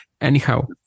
Anyhow